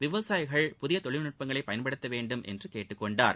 விவசாயிகள் புதிய தொழில் நட்பங்களை பயன்படுத்தவேண்டும் என்று கூறினார்